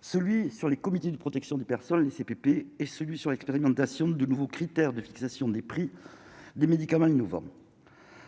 celui sur les comités de protection des personnes CPP et celui sur l'expérimentation de nouveaux critères de fixation des prix des médicaments innovants